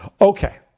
Okay